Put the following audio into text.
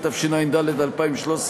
התשע"ד 2013,